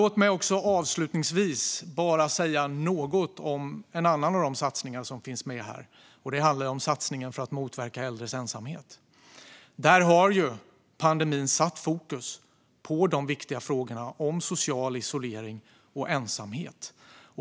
Låt mig avslutningsvis bara säga något om en annan av satsningarna i ändringsbudgeten. Det handlar om satsningen för att motverka äldres ensamhet. Pandemin har satt fokus på de viktiga frågorna om social isolering och ensamhet.